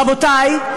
רבותי,